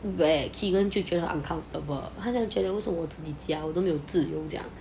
where keegan 就觉得 uncomfortable 他这样觉得为什么我自己家我都没有自由这样